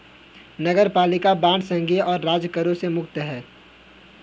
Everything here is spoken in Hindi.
नगरपालिका बांड संघीय और राज्य करों से मुक्त हैं